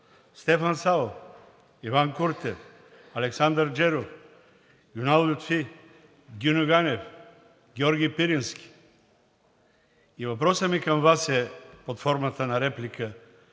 Стефан Савов, Иван Куртев, Александър Джеров, Юнал Лютфи, Гиньо Ганев, Георги Пирински. И въпросът ми към Вас е под формата на реплика: